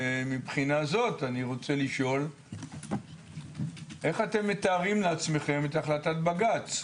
ומבחינה זאת אני רוצה לשאול איך אתם מתארים לעצמכם את החלטת בג"ץ?